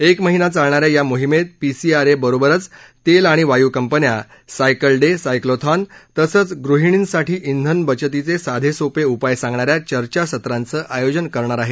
एक महिना चालणाऱ्या या मोहिमेत पीसीआरएबरोबरच तेल आणि वायू कंपन्या सायकल डे सायक्लोथॉन तसंच गृहिणींसाठी क्विन बचतीचे साधेसोपे उपाय सांगणाऱ्या चर्चासत्रांचं आयोजन करणार आहेत